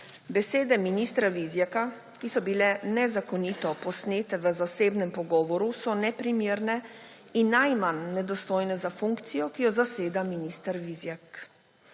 Besede ministra Vizjaka, ki so bile nezakonito posnete v zasebnem pogovoru, so neprimerne in najmanj nedostojne za funkcijo, ki jo zaseda minister Vizjak.